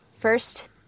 first